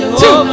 two